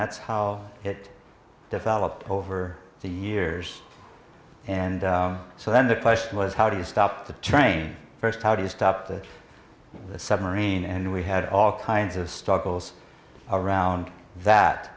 that's how it developed over the years and so then the question was how do you stop the train first how do you stop the submarine and we had all kinds of struggles around that